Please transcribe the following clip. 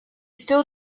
still